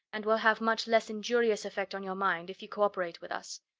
and will have much less injurious effect on your mind if you cooperate with us.